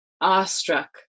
awestruck